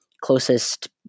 closest